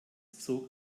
zog